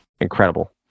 incredible